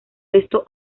esto